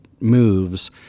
moves